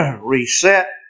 Reset